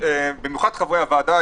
במיוחד חברי הוועדה,